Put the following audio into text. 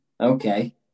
okay